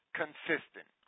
consistent